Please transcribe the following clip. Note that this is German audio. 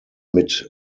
mit